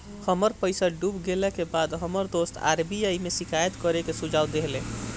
हमर पईसा डूब गेला के बाद हमर दोस्त आर.बी.आई में शिकायत करे के सुझाव देहले